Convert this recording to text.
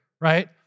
right